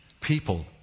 people